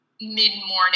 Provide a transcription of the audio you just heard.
mid-morning